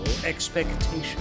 Expectation